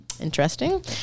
Interesting